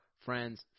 friends